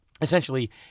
essentially